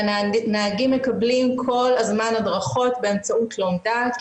והנהגים מקבלים כל הזמן הדרכות באמצעות לומדה,